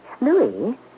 Louis